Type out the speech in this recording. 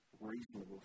reasonable